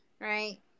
right